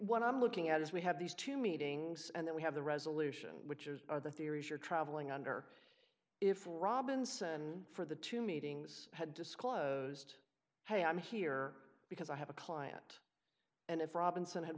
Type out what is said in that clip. what i'm looking at is we have these two meetings and then we have the resolution which is are the theories you're traveling under if robinson for the two meetings had disclosed hey i'm here because i have a client and if